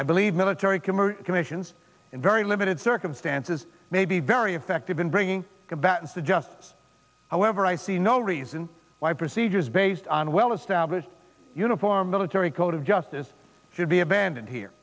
i believe military communications in very limited circumstances may be very effective in bringing combatants to justice however i see no reason why procedures based on well established uniform military code of justice should be abandoned here